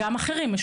גם אחרים,